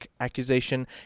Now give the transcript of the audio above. accusation